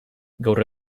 gaur